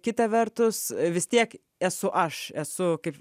kita vertus vis tiek esu aš esu kaip